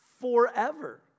forever